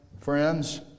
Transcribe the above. friends